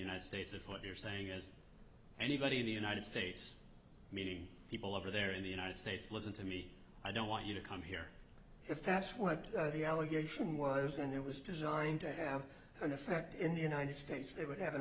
united states if what you're saying is anybody in the united states me people over there in the united states listen to me i don't want you to come here if that's what the allegation was and it was designed to have an effect in the united states they would have an